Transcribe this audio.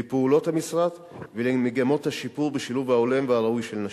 לפעולות המשרד ולמגמות השיפור בשילוב ההולם והראוי של נשים.